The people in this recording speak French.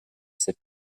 cette